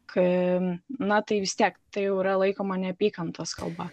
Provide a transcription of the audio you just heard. k na tai vis tiek tai jau yra laikoma neapykantos kalba